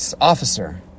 officer